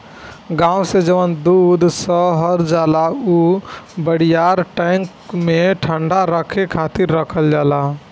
गाँव से जवन दूध शहर जाला उ बड़ियार टैंक में ठंडा रखे खातिर रखल जाला